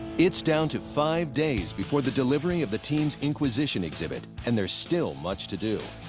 it's down to five days before the delivery of the team's inquisition exhibit. and there's still much to do.